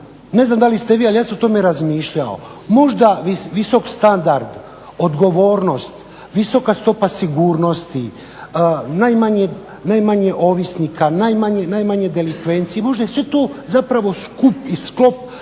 ne znam da li ste vi ali ja sam u tome razmišljao, možda visok standard odgovornost visoka stopa sigurnosti najmanje ovisnika najmanje delikvencije možda je to sve skup i sklop